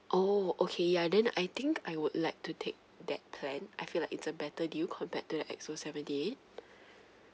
oh okay ya I think I would like to take that plan I feel like it's a better deal compared to the X_O seventy eight